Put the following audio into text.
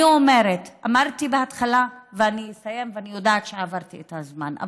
אני אסיים, ואני יודעת שעברתי את הזמן.